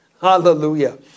Hallelujah